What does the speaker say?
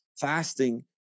Fasting